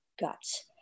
guts